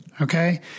Okay